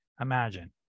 imagine